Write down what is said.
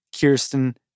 Kirsten